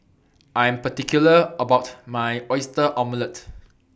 I Am particular about My Oyster Omelette